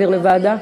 להעביר לוועדה?